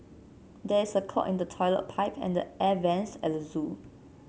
there is a clog in the toilet pipe and the air vents at the zoo